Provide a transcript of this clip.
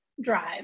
drive